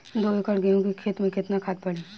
दो एकड़ गेहूँ के खेत मे केतना खाद पड़ी?